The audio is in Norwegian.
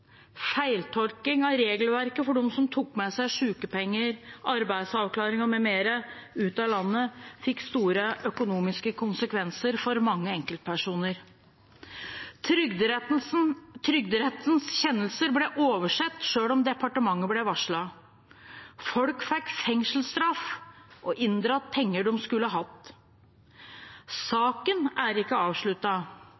av regelverket for dem som tok med seg sykepenger, arbeidsavklaring m.m. ut av landet, fikk store økonomiske konsekvenser for mange enkeltpersoner. Trygderettens kjennelser ble oversett selv om departementet ble varslet. Folk fikk fengselsstraff og inndratt penger de skulle hatt.